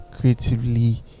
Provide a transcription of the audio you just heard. creatively